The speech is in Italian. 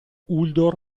uldor